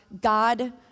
God